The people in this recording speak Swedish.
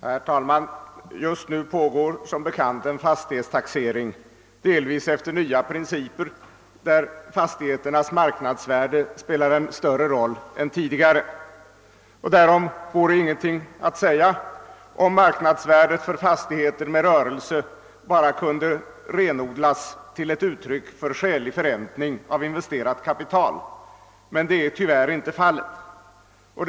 Herr talman! Just nu pågår som bekant en fastighetstaxering, delvis efter nya principer, vilka innebär att fastigheternas marknadsvärden spelar en större roll än tidigare. Därom vore ingenting att säga, om marknadsvärdet för fastigheter med rörelse bara kunde renodlas till ett uttryck för skälig förräntning av investerat kapital. Men det är tyvärr inte fallet.